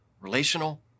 relational